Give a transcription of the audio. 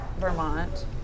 Vermont